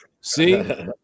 See